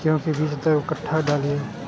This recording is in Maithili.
गेंहू के बीज कि दर कट्ठा डालिए?